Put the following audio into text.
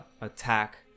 attack